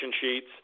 sheets